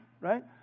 right